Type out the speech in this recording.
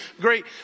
Great